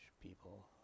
people